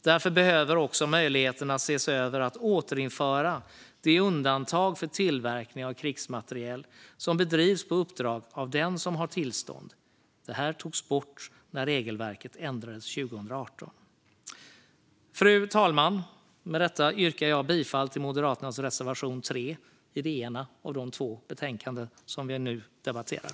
Därför behöver vi se över möjligheterna att återinföra undantaget för tillverkning av krigsmateriel som bedrivs på uppdrag av den som har tillstånd. Det togs bort när regelverket ändrades 2018. Fru talman! Med detta yrkar jag bifall till Moderaternas reservation 3 i det ena av de två betänkanden som vi nu debatterar.